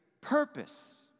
purpose